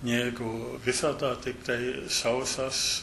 negu visada tiktai sausas